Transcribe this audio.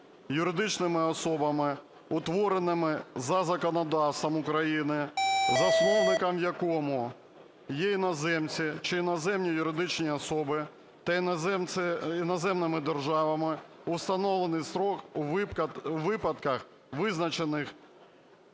юридичними особами, утвореними за законодавством України, засновником в якому є іноземці чи іноземні юридичні особи, та іноземними державами у встановлений строк у випадках, визначених